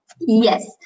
Yes